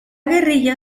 guerrilla